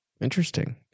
Interesting